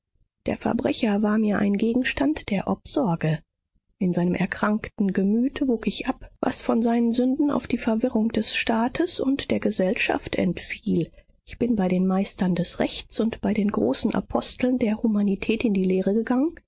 der verbrecher war mir ein gegenstand der obsorge in seinem erkrankten gemüt wog ich ab was von seinen sünden auf die verirrungen des staates und der gesellschaft entfiel ich bin bei den meistern des rechts und bei den großen aposteln der humanität in die lehre gegangen